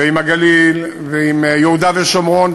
ועם הגליל ועם יהודה ושומרון,